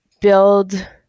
build